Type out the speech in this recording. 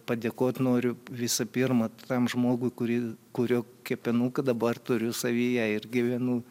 padėkot noriu visų pirma tam žmogui kurį kurio kepenuką dabar turiu savyje ir gyvenu